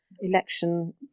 election